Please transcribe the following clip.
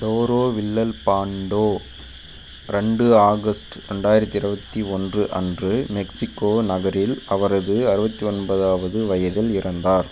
டோரோ Villalpando ரெண்டு August ரெண்டாயிரத்தி இருவத்தி ஒன்று அன்று மெக்ஸிகோ நகரில் அவரது அறுபத்தி ஒன்பதாவது வயதில் இறந்தார்